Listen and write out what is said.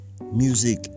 music